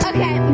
Okay